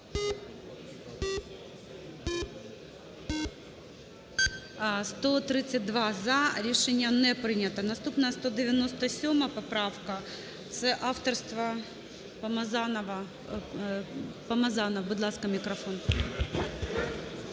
За-132 Рішення не прийнято. Наступна 197 поправка, це авторство Помазанова. Помазанов, будь ласка, мікрофон.